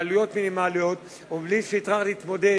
בעלויות מינימליות ומבלי שיצטרך להתמודד